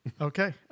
Okay